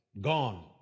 gone